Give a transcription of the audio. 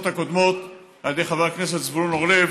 הקודמות על ידי חבר הכנסת זבולון אורלב